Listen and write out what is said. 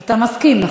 אתה מסכים, נכון?